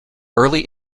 early